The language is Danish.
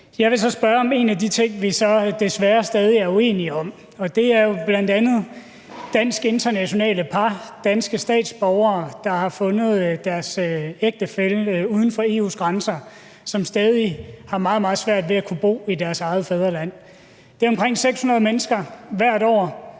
Jeg vil så spørge om en af de ting, vi desværre stadig er uenige om, og det er jo dansk-internationale par, altså danske statsborgere, der har fundet deres ægtefælle uden for EU's grænser, og som stadig har meget, meget svært ved at kunne bo i deres eget fædreland. Det drejer sig om omkring 600 mennesker hvert år.